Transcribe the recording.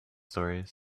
stories